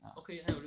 ah